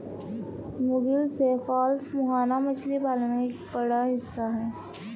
मुगिल सेफालस मुहाना मछली पालन का एक बड़ा हिस्सा है